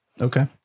Okay